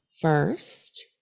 first